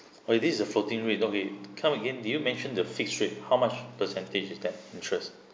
oh this is a floating rate of it come again do you mention the fixed rate how much percentage is that interest